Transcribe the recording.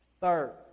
third